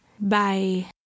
bye